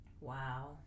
wow